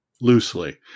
loosely